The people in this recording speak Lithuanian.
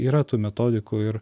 yra tų metodikų ir